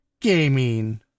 gaming